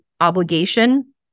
obligation